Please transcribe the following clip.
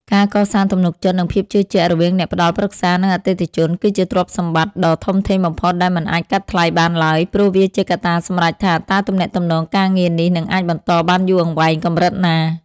ការកសាងទំនុកចិត្ត និងភាពជឿជាក់រវាងអ្នកផ្ដល់ប្រឹក្សា និងអតិថិជន គឺជាទ្រព្យសម្បត្តិដ៏ធំធេងបំផុតដែលមិនអាចកាត់ថ្លៃបានឡើយ ព្រោះវាជាកត្តាសម្រេចថាតើទំនាក់ទំនងការងារនេះនឹងអាចបន្តបានយូរអង្វែងកម្រិតណា។